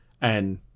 and-